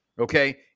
okay